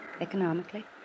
economically